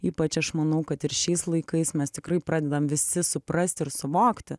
ypač aš manau kad ir šiais laikais mes tikrai pradedam visi suprasti ir suvokti